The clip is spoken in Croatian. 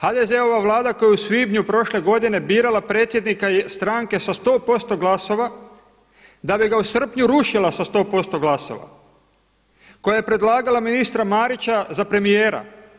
HDZ-ova vlada koja je u svibnju prošle godine birala predsjednika stranke sa 100% glasova da bi ga u srpnju rušila sa 100% glasova, koja je predlagala ministra Marića za premijera.